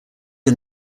are